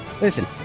listen